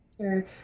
Sure